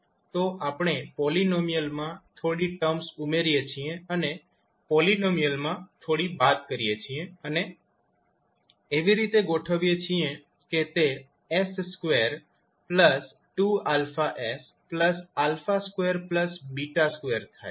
તો આપણે પોલીનોમિયલમાં થોડી ટર્મ્સ ઉમેરીએ છીએ અને પોલીનોમિયલમાં થોડી બાદ કરીએ છીએ અને એવી રીતે ગોઠવીએ છીએ કે તે 𝑠22𝛼𝑠𝛼2𝛽2 થાય